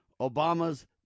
Obama's